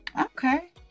okay